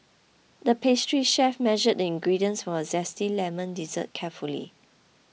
the pastry chef measured the ingredients for a Zesty Lemon Dessert carefully